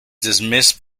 dismissed